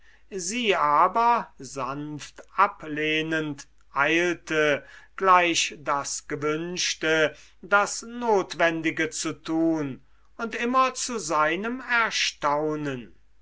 sie aber sanft ablehnend eilte gleich das gewünschte das notwendige zu tun und immer zu seinem erstaunen